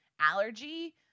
allergy